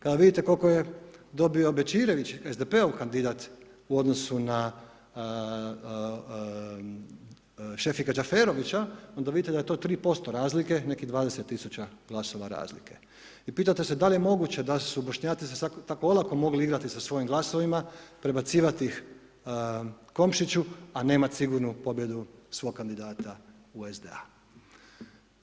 Kada vidite koliko je dobio Bećirević, SDP-ov kandidat u odnosu na Šefika Đeferovića, onda vidite da je to 3% razlike, nekih 20 000 glasova razlike i pitate se da li je moguće da su Bošnjaci se tako olako mogli igrati sa svojim glasovima, prebacivati ih Komšiću, a nemati sigurnu pobjedu svoga kandidata SDA-a.